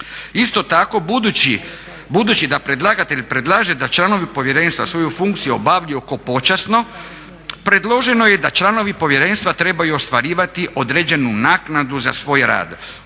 Isto tako budući da predlagatelj predlaže da članovi povjerenstva svoju funkciju obavljaju kao počasno predloženo je da članovi povjerenstva trebaju ostvarivati određenu naknadu za svoj rad,